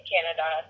Canada